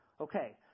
okay